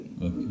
Okay